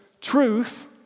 truth